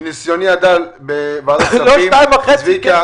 מניסיוני הדל בוועדת הכספים,